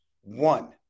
one